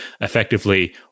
effectively